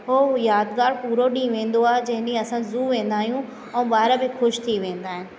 उहो यादगार पूरो ॾींहुं वेंदो आहे जंहिं ॾींहुं असां ज़ू वेंदा आहियूं ऐं ॿार बि ख़ुशि थी वेंदा आहिनि